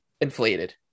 inflated